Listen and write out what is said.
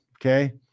Okay